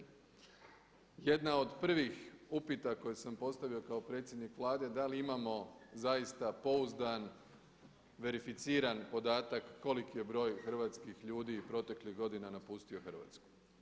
Jedna od prvih upita koje sam postavio kao predsjednik Vlade, da li imamo zaista pouzdan verificiran podatak koliki je broj hrvatskih ljudi proteklih godina napustio Hrvatsku.